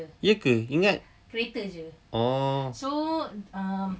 ya ke ingat oh